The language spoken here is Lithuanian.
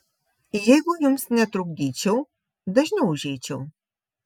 jeigu jums netrukdyčiau dažniau užeičiau